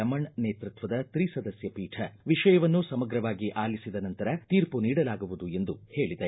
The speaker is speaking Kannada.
ರಮಣ ನೇತೃತ್ವದ ತ್ರಿಸದಸ್ಕ ಪೀಠ ವಿಷಯವನ್ನು ಸಮಗ್ರವಾಗಿ ಆಲಿಸಿದ ನಂತರ ತೀರ್ಮ ನೀಡಲಾಗುವುದು ಎಂದು ಹೇಳಿದೆ